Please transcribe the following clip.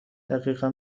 دقیقا